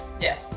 Yes